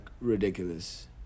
ridiculous